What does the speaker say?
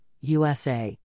USA